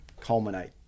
culminate